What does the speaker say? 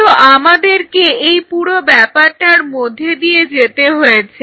কিন্তু আমাদেরকে এই পুরো ব্যাপারটার মধ্যে দিয়ে যেতে হয়েছে